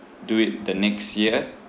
do it the next year